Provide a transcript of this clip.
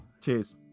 cheers